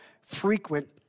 frequent